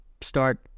start